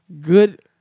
good